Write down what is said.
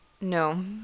No